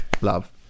Love